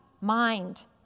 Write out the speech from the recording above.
mind